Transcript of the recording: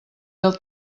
del